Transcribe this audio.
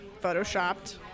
photoshopped